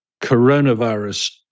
coronavirus